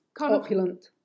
Opulent